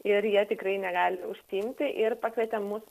ir jie tikrai negali užsiimti ir pakvietė mus